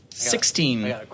Sixteen